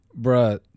bruh